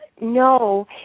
no